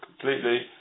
completely